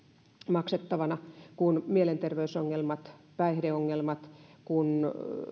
maksettavana kun mielenterveysongelmat päihdeongelmat kun